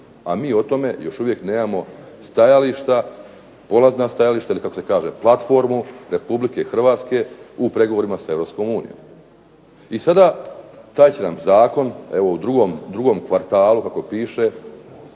A mi o tome još uvijek nemamo stajališta, polazna stajališta ili kako se kaže platformu Republike Hrvatske u pregovorima sa Europskom unijom. I sada taj će nam zakon evo u drugom kvartalu kako piše